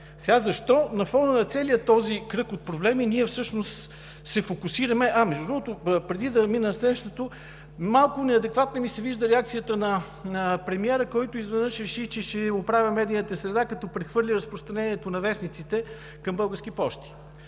Защо на фона на целия този кръг от проблеми ние всъщност се фокусираме…? Между другото, преди да премина на следващото, малко неадекватна ми се вижда реакцията на премиера, който изведнъж реши, че ще оправя медийната среда, като прехвърля разпространението на вестниците към Български пощи.